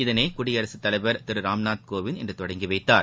இதனை குடியரசுத் தலைவர் திரு ராம்நாத் கோவிந்த் இன்று தொடங்கி வைத்தார்